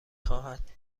خواهد